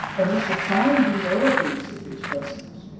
and also finding the relatives of this person,